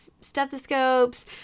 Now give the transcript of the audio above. stethoscopes